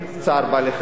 צער בעלי-חיים,